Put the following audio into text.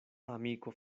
amiko